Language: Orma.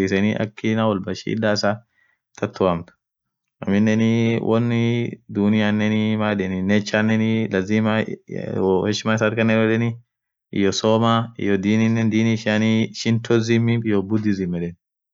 yeden ishisun sagale hahafalea akaraji yeden mukwekwa yeden ishisune sagale bahariat birigedeorenen hijirt queen dim yeden tokinen kaperinyaa iyo vatapa yeden sunen yote sagale brazilit